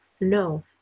no